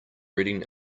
reading